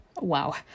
Wow